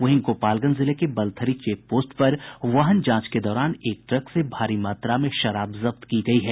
वहीं गोपालगंज जिले के बलथरी चेकपोस्ट पर वाहन जांच के दौरान एक ट्रक से भारी मात्रा में शराब जब्त की गयी है